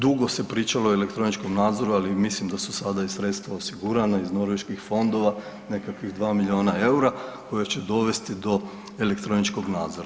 Dugo se pričalo o elektroničkom nadzoru, ali mislim da su sada i sredstva osigurana iz Norveških fondova nekakvih 2 miliona EUR-a koja će dovesti do elektroničkog nadzora.